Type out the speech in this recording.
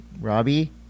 Robbie